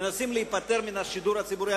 מנסים להיפטר מהשידור הציבורי.